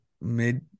mid